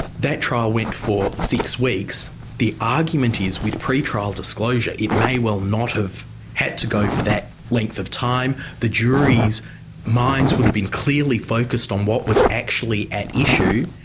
that trial went for six weeks. the argument is with pre-trial disclosure, it may well not have had to go for that length of time, the jury's minds would have been clearly focused on what was actually at issue,